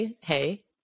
Hey